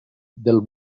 del